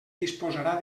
disposarà